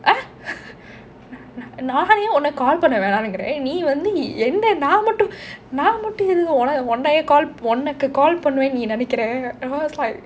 ah நானே உன்னை:naane unnai call பண்ண வெண்ணாங்குறேன் நீ வந்து என்னை நா மட்டும் எதுக்கு உன்னையே உனக் உனக்கு:panna venaanguren nee vanthu ennai naa mattum yethukku unnaiye unak unakku call பண்ணுவேன்னு நெனைக்குறே:pannuvennu nenaikkure I was like